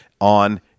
on